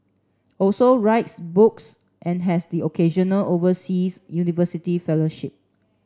also writes books and has the occasional overseas university fellowship